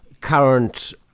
current